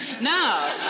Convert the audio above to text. No